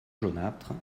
jaunâtre